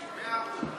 ביטן, לא שמעתי אותך.